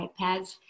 iPads